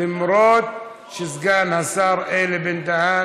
למרות שסגן השר אלי בן-דהן